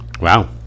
Wow